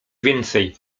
więcej